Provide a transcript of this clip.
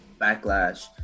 Backlash